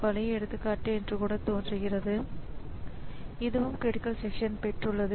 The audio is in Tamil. பலவிதமான பயனாளர்கள் இருந்தால் அவர்களின் வேலைகளை என்னால் இணையாக செய்ய முடியாது